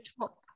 top